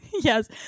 Yes